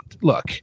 look